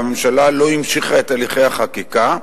והממשלה לא המשיכה את הליכי החקיקה.